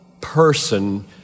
person